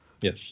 Yes